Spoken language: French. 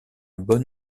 bon